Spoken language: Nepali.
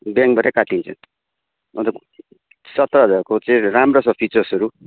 ब्याङ्कबाटै काटिन्छ अन्त सत्र हजारको चाहिँ राम्रो छ फिचर्सहरू